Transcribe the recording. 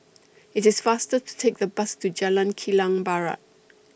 IT IS faster to Take The Bus to Jalan Kilang Barat